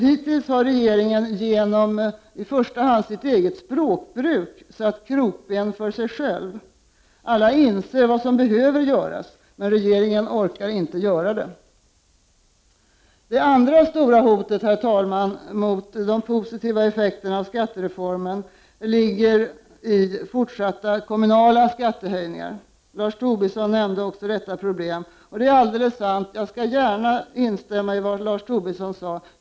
Hittills har regeringen genom i första hand sitt eget språkbruk satt krokben för sig själv. Alla inser vad som behöver göras, men regeringen orkar inte göra det. Det andra stora hotet, herr talman, mot de positiva effekterna av skattereformen ligger i fortsatta kommunala skattehöjningar. Lars Tobisson nämnde också detta problem. Jag skall gärna instämma i vad Lars Tobisson sade.